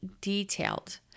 detailed